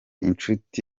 inshuti